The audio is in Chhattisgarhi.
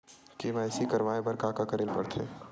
के.वाई.सी करवाय बर का का करे ल पड़थे?